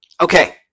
Okay